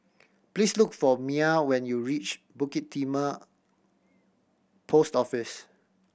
please look for Mia when you reach Bukit Timah Post Office